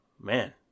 man